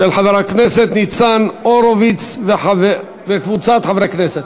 של חבר הכנסת ניצן הורוביץ וקבוצת חברי כנסת.